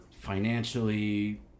financially